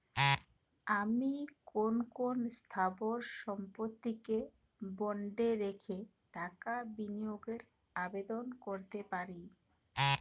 আমি কোন কোন স্থাবর সম্পত্তিকে বন্ডে রেখে টাকা বিনিয়োগের আবেদন করতে পারি?